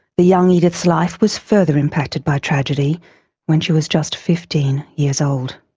the young edith's life was further impacted by tragedy when she was just fifteen years old.